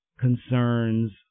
concerns